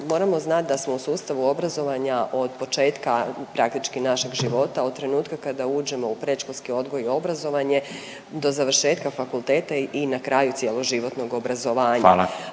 Moramo znati da smo u sustavu obrazovanja od početka praktički našeg života, od trenutka kada uđemo u predškolski odgoj i obrazovanje do završetka fakulteta i na kraju, cjeloživotnog obrazovanja.